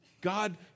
God